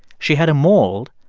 she had a mold,